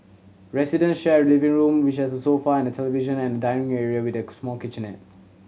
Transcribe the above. resident share a living room which has a sofa and television and a dining area with a small kitchenette